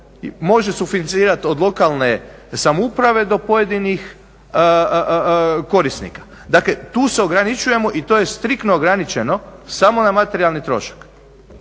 može sufinancirati od lokalne samouprave do pojedinih korisnika. Dakle, tu se ograničujemo i to je striktno ograničeno samo na materijalni trošak.